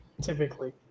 Typically